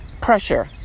pressure